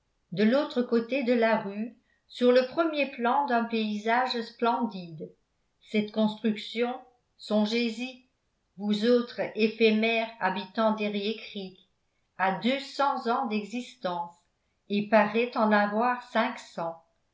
de l'autre côté de la rue sur le premier plan d'un paysage splendide cette construction songez y vous autres éphémères habitants d'eriécreek a deux cents ans d'existence et paraît en avoir